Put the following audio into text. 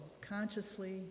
consciously